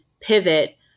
pivot